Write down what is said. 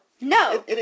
no